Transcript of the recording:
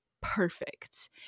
perfect